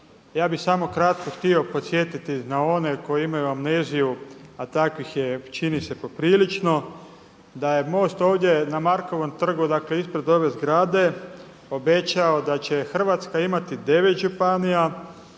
Ja bih samo kratko htio podsjetiti na one koji imaju amneziju a takvih je čini se poprilično. Da je MOST ovdje na Markovom trgu dakle ispred ove zgrade obećao da će Hrvatska imati devet županija,